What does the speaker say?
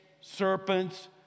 serpents